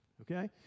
Okay